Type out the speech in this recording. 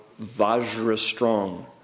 vajra-strong